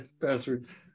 passwords